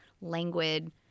languid